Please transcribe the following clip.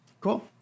Cool